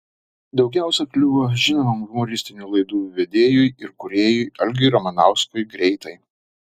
daugiausiai kliuvo žinomam humoristinių laidų vedėjui ir kūrėjui algiui ramanauskui greitai